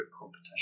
competition